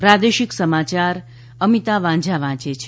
પ્રાદેશિક સમાચાર અમિતા વાંઝા વાંચે છે